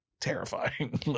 terrifying